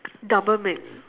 double meal